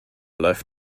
läuft